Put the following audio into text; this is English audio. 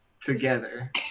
together